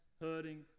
hurting